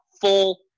full